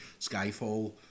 Skyfall